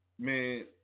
man